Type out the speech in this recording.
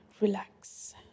relax